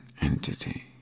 entity